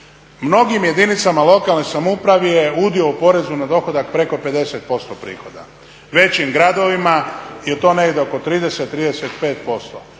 Mnogim jedinicama u lokalnoj samoupravi je udio u porezu na dohodak preko 50% prihoda. U većim gradovima je to negdje oko 30, 35%.